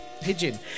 pigeon